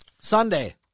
Sunday